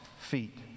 feet